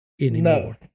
anymore